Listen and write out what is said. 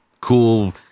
cool